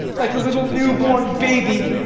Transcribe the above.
like a little new-born baby,